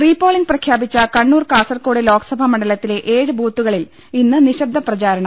repolling പ്രഖ്യാപിച്ച കണ്ണൂർ കാസർകോട് ലോക്സഭാ മണ്ഡലത്തിലെ ഏഴ് ബൂത്തുകളിൽ ഇന്ന് നിശബ്ദ പ്രചാരണം